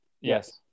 Yes